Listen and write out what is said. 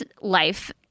life